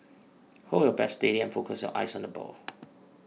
hold your bat steady and focus your eyes on the ball